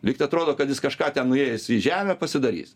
lyg tai atrodo kad jis kažką ten nuėjęs į žemę pasidarys